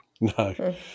No